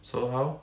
so how